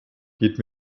geht